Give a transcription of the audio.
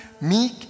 meek